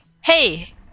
hey